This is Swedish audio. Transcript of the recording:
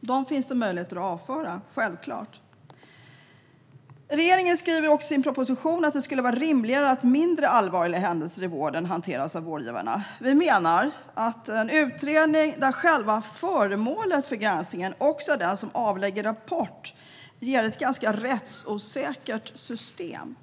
men dem finns det självklart möjlighet att avföra. Regeringen skriver också i sin proposition att det skulle vara rimligare att mindre allvarliga händelser i vården hanteras av vårdgivarna. Vi menar att en utredning där själva föremålet för granskningen också är den som avlägger rapport ger ett ganska rättsosäkert system.